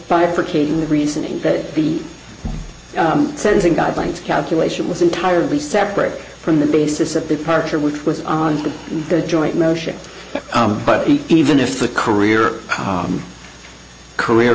the reasoning that the sentencing guidelines calculation was entirely separate from the basis of departure which was on the joint motion but even if the career career